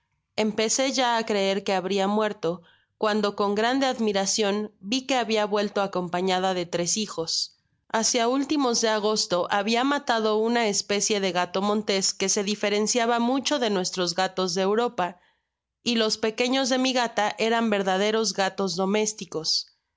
empecé yá á creer que habria muerto cuando con grande admiracion vi que habia vuelto acompañada de tres hijos hácia últimos de agosto habia matado una especie de gato montés que se diferenciaba mucho de nuestros gatos de europa y los pequeños de mi gata eran verdaderos gatos domésticos